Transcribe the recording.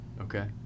Okay